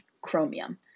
chromium